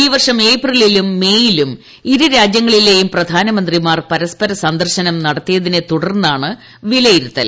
ഈവർഷം ഏപ്രിലിലും മേയിലും ഇരുരാജ്യങ്ങളിലെയും പ്രധാനമന്ത്രിമാർ പരസ്പര സന്ദർശനം നടത്തിയതിനെ തുടർന്നാണ് വിലയിരുത്തൽ